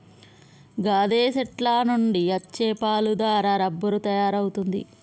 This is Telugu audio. గాదె సెట్ల నుండి అచ్చే పాలు దారా రబ్బరు తయారవుతుంది